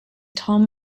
tom